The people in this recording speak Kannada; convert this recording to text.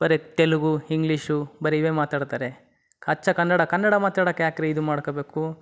ಬರಿ ತೆಲುಗು ಹಿಂಗ್ಲೀಷು ಬರೀ ಇವೇ ಮಾತಾಡ್ತಾರೆ ಅಚ್ಚ ಕನ್ನಡ ಕನ್ನಡ ಮಾತಾಡಕ್ಕೆ ಯಾಕ್ರೀ ಇದು ಮಾಡ್ಕೋಕು